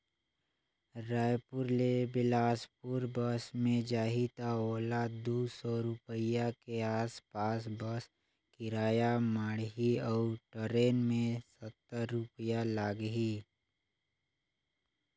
रायपुर ले बेलासपुर बस मे जाही त ओला दू सौ रूपिया के आस पास बस किराया माढ़ही अऊ टरेन मे सत्तर रूपिया लागही